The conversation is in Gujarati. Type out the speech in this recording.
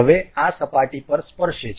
હવે આ સપાટી પર સ્પર્શે છે